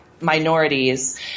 minorities